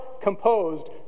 composed